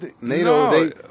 NATO